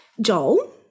Joel